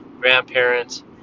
grandparents